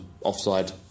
offside